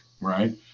Right